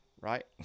right